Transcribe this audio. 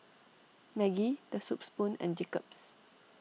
Maggi the Soup Spoon and Jacob's